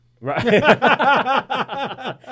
Right